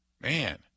Man